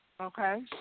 Okay